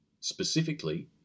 Specifically